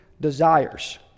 desires